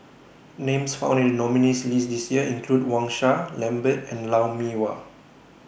Names found in The nominees' list This Year include Wang Sha Lambert and Lou Mee Wah